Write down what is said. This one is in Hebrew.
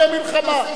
תעשה שלום.